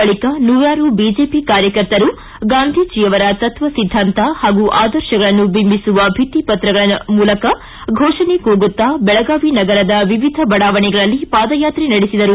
ಬಳಿಕ ನೂರಾರು ಬಿಜೆಪಿ ಕಾರ್ಯಕರ್ತರು ಗಾಂಧೀಜಿಯವರ ತತ್ವ ಸಿದ್ದಾಂತ ಹಾಗೂ ಆದರ್ಶಗಳನ್ನು ಬಿಂಬಿಸುವ ಭಿತ್ತಿಪತ್ರಗಳ ಮೂಲಕ ಘೋಷಣೆ ಕೂಗುತ್ತ ಬೆಳಗಾವಿ ನಗರದ ವಿವಿಧ ಬಡಾವಣೆಗಳಲ್ಲಿ ಪಾದಯಾತ್ರೆ ನಡೆಸಿದರು